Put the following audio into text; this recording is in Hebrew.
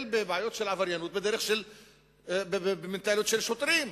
בבעיות של עבריינות במנטליות של שוטרים.